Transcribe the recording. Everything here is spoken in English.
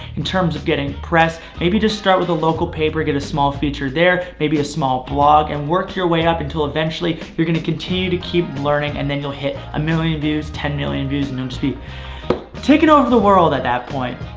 in terms of getting press, maybe just start with a local paper, get a small feature there, maybe a small blog and work your way up until eventually you're gonna continue to keep learning and then you'll hit a million views, ten million views and and you'll just be taking over the world at that point.